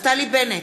נפתלי בנט,